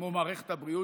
כמו מערכת הבריאות,